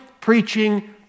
preaching